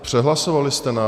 Přehlasovali jste nás.